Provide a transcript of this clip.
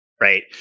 right